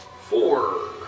four